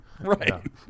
Right